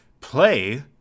play